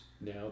now